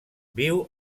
viu